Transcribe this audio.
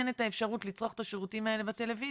אין את האפשרות לצרוך את השירותים האלה בטלוויזיה,